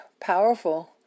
powerful